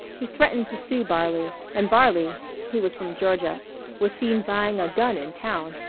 he threatened to sue barley, and barley he was from georgia was seen buying a gun in town.